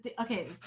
okay